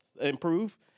improve